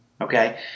Okay